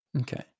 Okay